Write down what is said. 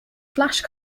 flash